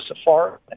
safari